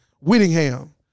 Whittingham